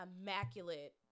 immaculate